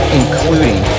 including